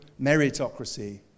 meritocracy